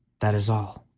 that is all!